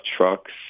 trucks